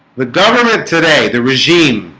the government today the regime